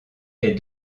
est